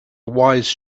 wise